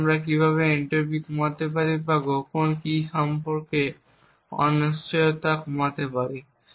এবং আমরা কীভাবে এনট্রপি কমাতে পারি বা গোপন কী সম্পর্কে অনিশ্চয়তা কমাতে পারি